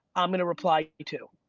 i'm gonna reply to.